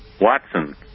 watson